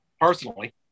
Personally